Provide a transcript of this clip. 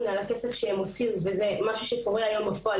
על הכסף שהם הוציאו וזה משהו שקורה בפועל,